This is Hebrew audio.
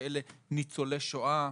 שאלה ניצולי שואה,